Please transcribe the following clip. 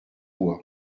bois